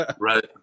Right